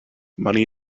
money